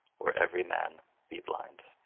or every man be blind.